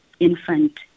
infant